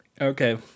Okay